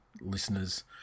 listeners